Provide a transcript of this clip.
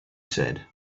said